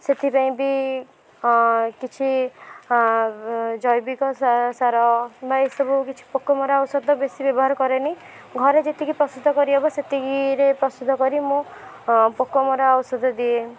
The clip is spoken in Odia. ସେଥିପାଇଁ ବି କିଛି ଜୈବିକ ସା ସାର କିମ୍ବା ଏସବୁ କିଛି ପୋକମରା ଔଷଧ ବେଶି ବ୍ୟବହାର କରେନି ଘରେ ଯେତିକି ପ୍ରସ୍ତୁତ କରି ହେବ ସେତିକିରେ ପ୍ରସ୍ତୁତ କରି ମୁଁ ପୋକମରା ଔଷଧ ଦିଏ